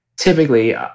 Typically